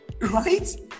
right